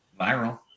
viral